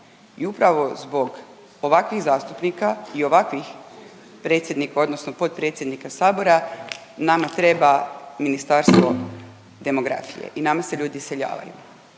I upravo zbog ovakvih zastupnika i ovakvih predsjednika odnosno potpredsjednika sabora nama treba Ministarstvo demografije i nama se ljudi iseljavaju.